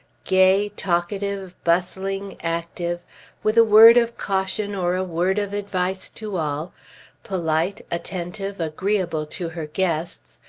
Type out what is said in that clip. gay, talkative, bustling, active with a word of caution, or a word of advice to all polite, attentive, agreeable to her guests,